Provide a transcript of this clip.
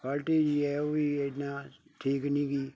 faulty ਜਿਹੀ ਹੈ ਉਹ ਵੀ ਐਨਾ ਠੀਕ ਨੀਗੀ